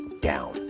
down